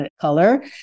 color